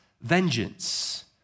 vengeance